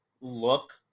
look